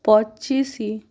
ପଚିଶ